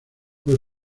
fue